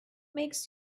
makes